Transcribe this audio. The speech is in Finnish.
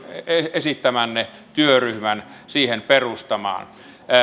esittämänne työryhmän siihen perustamaan